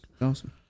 Awesome